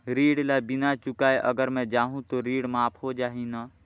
ऋण ला बिना चुकाय अगर मै जाहूं तो ऋण माफ हो जाही न?